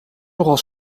nogal